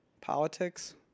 politics